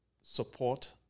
support